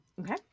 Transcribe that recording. Okay